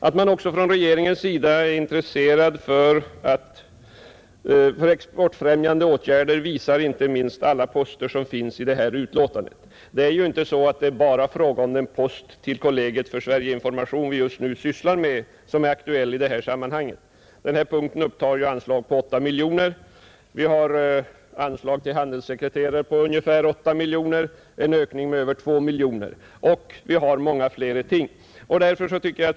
Att man också från regeringens sida är intresserad för exportfrämjande åtgärder visar inte minst alla poster som finns i det här betänkandet. Det är ju inte bara en post för Sverige-information i utlandet som är aktuell i detta sammanhang. Den här punkten upptar ju anslag på 8 miljoner kronor. Vi har dessutom t.ex. anslag till handelssekreterare på ungefär 8 miljoner kronor, en ökning med över 2 miljoner, och många andra poster.